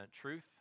truth